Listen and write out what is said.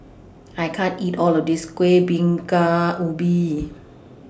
I can't eat All of This Kueh Bingka Ubi